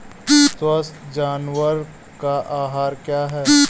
स्वस्थ जानवर का आहार क्या है?